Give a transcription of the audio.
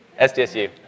SDSU